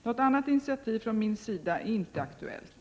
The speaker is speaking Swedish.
Något annat initiativ från min sida är inte aktuellt.